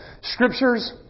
scriptures